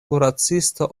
kuracisto